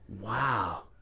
Wow